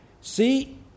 See